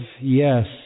Yes